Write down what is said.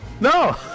No